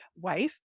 wife